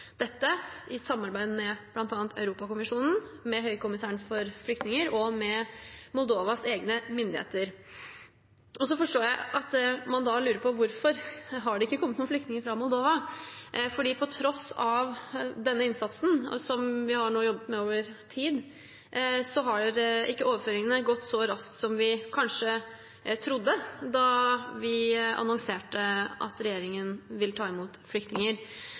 dette i samarbeid med bl.a. Europakommisjonen, med Høykommissæren for flyktninger og med Moldovas egne myndigheter. Jeg forstår at man da lurer på hvorfor det ikke har kommet noen flyktninger fra Moldova. Det er fordi at på tross av denne innsatsen, som vi har jobbet med over tid, har ikke overføringene gått så raskt som vi kanskje trodde da vi annonserte at regjeringen vil ta imot flyktninger.